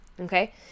Okay